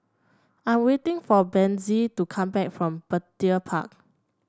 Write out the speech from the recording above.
I'm waiting for Bethzy to come back from Petir Park